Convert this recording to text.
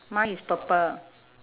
mine is purple